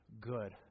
good